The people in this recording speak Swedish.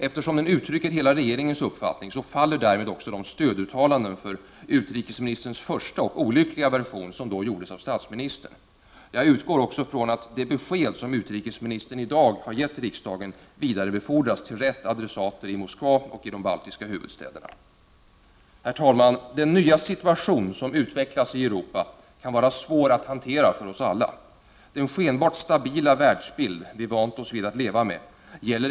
Eftersom den uttrycker hela regeringens uppfattning faller därmed också statsministerns stöduttalande för utrikesministerns första och olyckliga version. Jag utgår också från att det besked som utrikesministern i dag har gett riksdagen kommer att vidarebefordras till rätt adressater i Moskva och i de baltiska huvudstäderna! Herr talman! Den nya situation som utvecklas i Europa kan vara svår att hantera för oss alla. Den skenbart stabila världsbild som vi vant oss vid gäller inte längre.